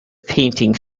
painting